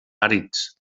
àrids